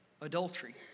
adultery